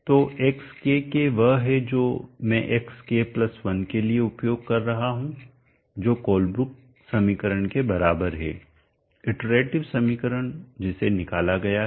तो xkk वह है जो मैं xk 1 के लिए उपयोग कर रहा हूं जो कोलब्रुक समीकरण के बराबर है इटरेटिव समीकरण जिसे निकाला गया है